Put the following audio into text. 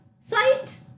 Site